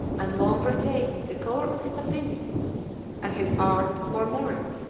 and long retained, the color of his opinions and his art, or merit,